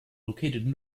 located